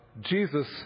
Jesus